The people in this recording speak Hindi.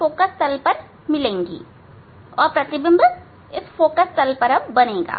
इस फोकल तल पर अब प्रतिबिंब बनेगा